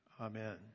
Amen